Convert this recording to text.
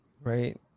right